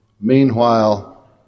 Meanwhile